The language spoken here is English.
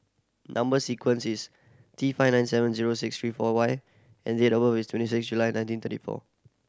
number sequence is T five nine seven zero six three four Y and date of birth is twenty six July nineteen thirty four